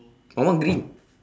my one green